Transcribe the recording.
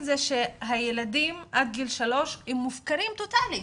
הילדים עד גיל שלוש מופקרים טוטאלית.